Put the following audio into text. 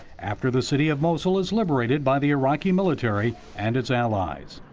after the city of mosul is liberated by the iraqi military and its allies.